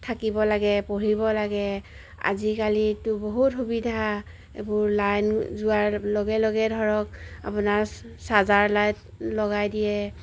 থাকিব লাগে পঢ়িব লাগে আজিকালিতো বহুত সুবিধা এইবোৰ লাইন যোৱাৰ লগে লগে ধৰক আপোনাৰ চাৰ্জাৰ লাইট লগাই দিয়ে